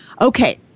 Okay